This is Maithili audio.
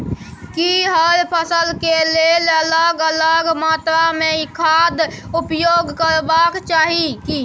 की हर फसल के लेल अलग अलग मात्रा मे खाद उपयोग करबाक चाही की?